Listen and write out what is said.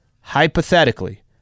Hypothetically